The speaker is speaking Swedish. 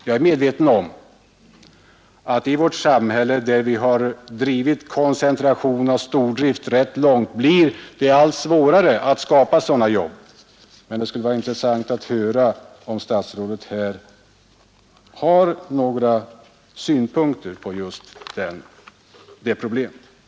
Jag är medveten om att det i vårt samhälle, där vi har drivit koncentration och stordrift rätt långt, blir allt svårare att skapa sådana jobb, men det skulle vara intressant att höra om statsrådet har några synpunkter på det problemet.